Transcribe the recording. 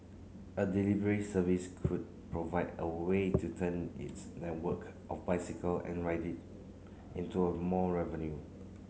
a delivery service could provide a way to turn its network of bicycle and rider into a more revenue